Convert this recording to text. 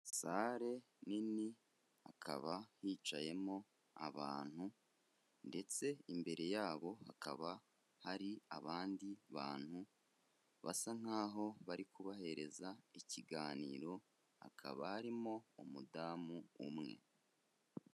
Sare nini, ikaba hicayemo abantu ndetse imbere yabo hakaba hari abandi bantu basa nk'aho bari kubahereza ikiganiro, hakaba arimo umudamu umwe.